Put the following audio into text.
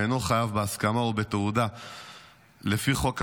ואינו חייב בהסמכה או בתעודה לפי חוק הספנות,